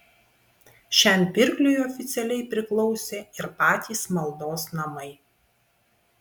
šiam pirkliui oficialiai priklausė ir patys maldos namai